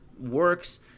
works